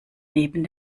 neben